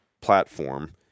platform –